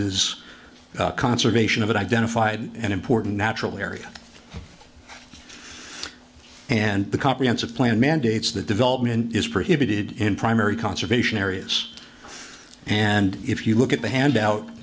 conservation of identified an important natural area and the comprehensive plan mandates that development is prohibited in primary conservation areas and if you look at the handout